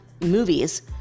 movies